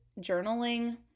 journaling